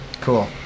cool